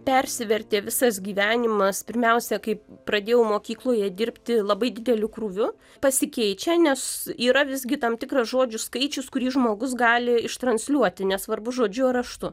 persivertė visas gyvenimas pirmiausia kai pradėjau mokykloje dirbti labai dideliu krūviu pasikeičia nes yra visgi tam tikras žodžių skaičius kurį žmogus gali ištransliuoti nesvarbu žodžiu ar raštu